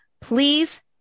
please